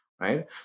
right